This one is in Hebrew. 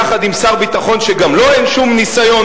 יחד עם שר ביטחון שגם לו אין שום ניסיון,